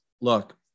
look